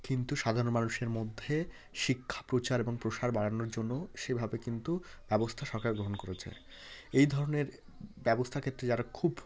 কিন্তু সাধারণ মানুষের মধ্যে শিক্ষা প্রচার এবং প্রসার বাড়ানোর জন্য সেভাবে কিন্তু ব্যবস্থা সরকার গ্রহণ করেছে এই ধরনের ব্যবস্থার ক্ষেত্রে যারা খুব